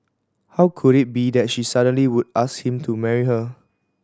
how could it be that she suddenly would ask him to marry her